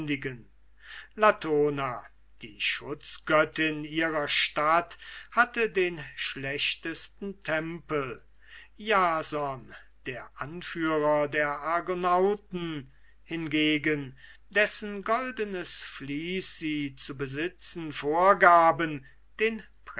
latona die schutzgöttin ihrer stadt hatte den schlechtesten tempel jason der anführer der argonauten hingegen dessen goldenes vließ sie zu besitzen vorgaben den